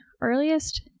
earliest